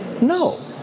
No